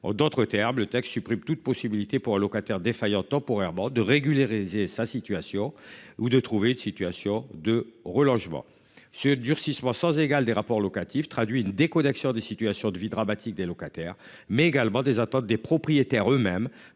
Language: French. En d'autres termes, le texte supprime toute possibilité pour locataire défaillant temporairement de régulariser sa situation ou de trouver une situation de relogement, ce durcissement sans égal des rapports locatifs traduit une déco d'action des situations de vie dramatique des locataires mais également des attentes des propriétaires eux-mêmes